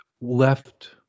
left